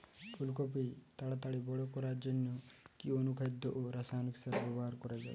ফুল কপি তাড়াতাড়ি বড় করার জন্য কি অনুখাদ্য ও রাসায়নিক সার ব্যবহার করা যাবে?